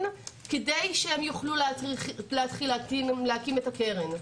כדי שהם יוכלו להתחיל להקים את הקרן?